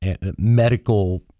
medical